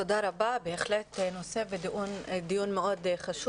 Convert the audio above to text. תודה רבה, בהחלט נושא ודיון חשוב מאוד.